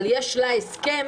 אבל יש לה הסכם,